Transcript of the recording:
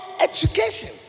education